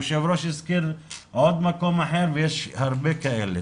היושב ראש הזכיר עוד מקום אחר ויש עוד הרבה כאלה.